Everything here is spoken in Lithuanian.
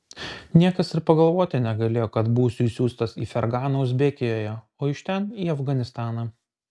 niekas ir pagalvoti negalėjo kad būsiu išsiųstas į ferganą uzbekijoje o iš ten į afganistaną